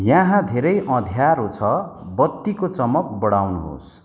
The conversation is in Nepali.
यहाँ धेरै अँध्यारो छ बत्तीको चमक बढाउनुहोस्